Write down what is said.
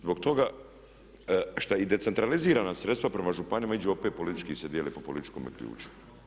Zbog toga šta i decentralizirana sredstva prema županijama idu opet politički se dijele po političkome ključu.